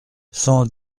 cent